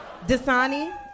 Dasani